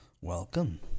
Welcome